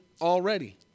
already